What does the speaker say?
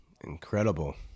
Incredible